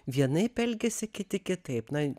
vienaip elgiasi kiti kitaip na